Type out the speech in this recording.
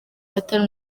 atari